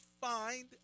find